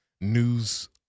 news